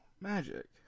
magic